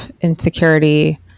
insecurity